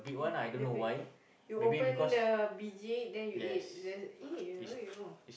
eh the b~ you open the biji then you eat the !ee! !aiyo!